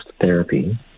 therapy